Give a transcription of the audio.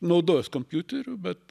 naudojuos kompiuteriu bet